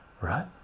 right